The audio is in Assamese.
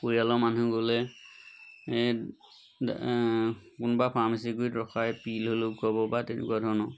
পৰিয়ালৰ মানুহ গ'লে কোনোবা ফাৰ্মাচী গুৰিত ৰখাই পীল হ'লেও হ'ব বা তেনেকুৱা ধৰণৰ